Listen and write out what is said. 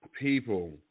People